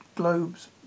Globe's